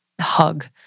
hug